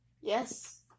Yes